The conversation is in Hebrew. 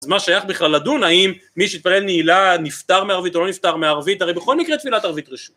אז מה שייך בכלל לדון האם מי שיתפלל נעילה נפטר מערבית או לא נפטר מערבית, הרי בכל מקרה תפילת ערבית רשות.